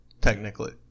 technically